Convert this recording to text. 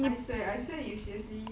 I swear I swear you seriously